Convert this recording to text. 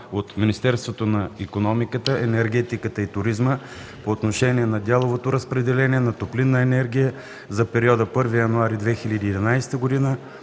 от Министерството на икономиката, енергетиката и туризма по отношение на дяловото разпределение на топлинна енергия за периода от 1 януари 2011 г.